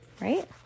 right